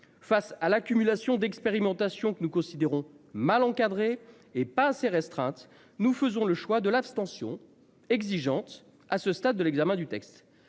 face à l'accumulation d'expérimentation que nous considérons mal encadrés et pas assez restreinte. Nous faisons le choix de l'abstention exigeante à ce stade de l'examen du texte.